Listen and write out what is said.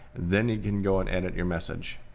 then you can go and edit your message.